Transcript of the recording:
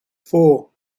four